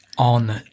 On